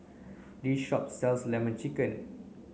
this shop sells lemon chicken